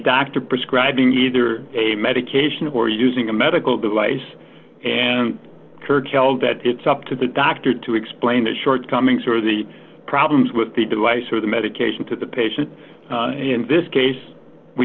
doctor prescribing either a medication or using a medical device and kirk held that it's up to the doctor to explain the shortcomings or the problems with the device or the medication to the patient in this case we